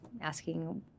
asking